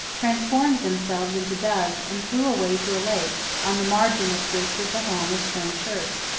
transformed themselves into doves and flew away to a lake, on the margin of which was the home of stone shirt.